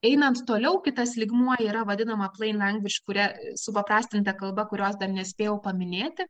einant toliau kitas lygmuo yra vadinama plain langvidž kurią supaprastinta kalba kurios dar nespėjau paminėti